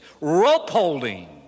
Rope-holding